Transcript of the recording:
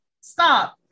Stop